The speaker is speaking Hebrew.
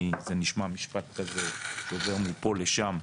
זה נשמע משפט כזה שעובר מפה לשם,